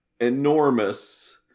enormous